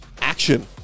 action